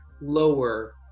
lower